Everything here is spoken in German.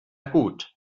gut